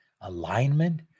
alignment